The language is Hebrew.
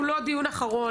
הוא לא הדיון האחרון,